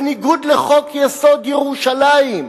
בניגוד לחוק-יסוד: ירושלים,